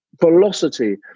velocity